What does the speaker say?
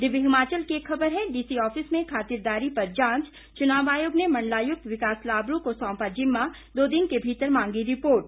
दिव्य हिमाचल की एक ख़बर है डीसी आफिस में खातिरदारी पर जांच चुनाव आयोग ने मंडलायुक्त विकास लाबरू को सौंपा जिम्मा दो दिन के भीतर मांगी रिपोर्ट